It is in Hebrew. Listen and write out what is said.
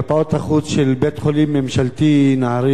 החוץ של בית-החולים הממשלתי "נהרייה",